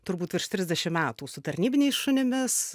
turbūt virš trisdešim metų su tarnybiniais šunimis